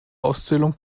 auszählung